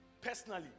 personally